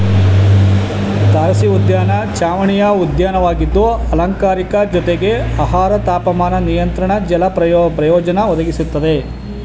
ತಾರಸಿಉದ್ಯಾನ ಚಾವಣಿಯ ಉದ್ಯಾನವಾಗಿದ್ದು ಅಲಂಕಾರಿಕ ಜೊತೆಗೆ ಆಹಾರ ತಾಪಮಾನ ನಿಯಂತ್ರಣ ಜಲ ಪ್ರಯೋಜನ ಒದಗಿಸ್ತದೆ